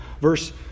Verse